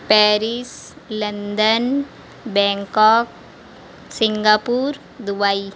Paris London Bangkok Singapore Dubai